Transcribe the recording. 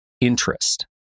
interest